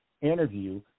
interview